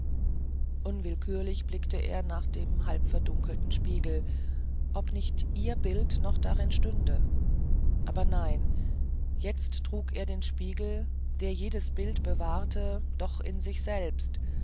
unwillkürlich blickte er nach dem halbverdunkelten spiegel ob nicht ihr bild noch darin stünde aber nein jetzt trug er den spiegel der jedes bild bewahrt doch in sich selbst